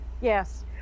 Yes